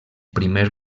primer